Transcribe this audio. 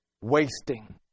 Wasting